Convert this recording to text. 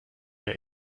der